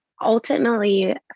ultimately